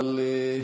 אבל,